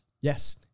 Yes